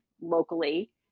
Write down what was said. locally